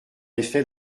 effet